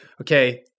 okay